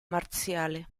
marziale